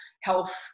health